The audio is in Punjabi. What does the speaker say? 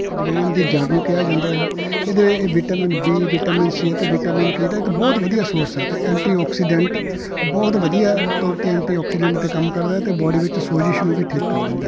ਅਜਵਾਇਣ ਦੀ ਜੜ੍ਹ ਨੂੰ ਕਿਹਾ ਜਾਂਦਾ ਹੈ ਇਹਦੇ ਇ ਵਿਟਾਮਿਨ ਬੀ ਵਿਟਾਮਿਨ ਸੀ ਅਤੇ ਵਿਟਾਮਿਨ ਕੇ ਦਾ ਇੱਕ ਬਹੁਤ ਵਧੀਆ ਸੋਰਸ ਆ ਅਤੇ ਐਂਟੀਓਕਸੀਡੈਂਟ ਬਹੁਤ ਵਧੀਆ ਤੌਰ 'ਤੇ ਐਂਟੀਓਕਸੀਡੈਂਟ 'ਤੇ ਕੰਮ ਕਰਦਾ ਅਤੇ ਬੋਡੀ ਵਿੱਚ ਸੋਜਿਸ਼ ਨੂੰ ਵੀ ਠੀਕ ਕਰ ਦਿੰਦਾ ਹੈ